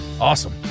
Awesome